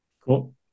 Cool